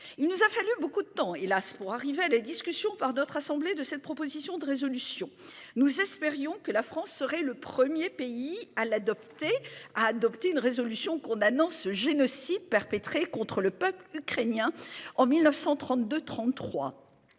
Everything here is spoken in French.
Il nous a fallu beaucoup de temps hélas pour arriver à la discussion par d'autres assemblées de cette proposition de résolution nous espérions que la France serait le premier pays à l'adopter, a adopté une résolution condamnant ce génocide perpétré contre le peuple ukrainien en 1932 33.